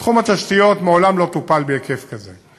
תחום התשתיות מעולם לא טופל בהיקף כזה.